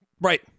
Right